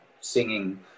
singing